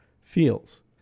feels